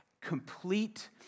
complete